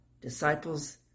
disciples